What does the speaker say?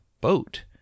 boat